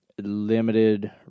limited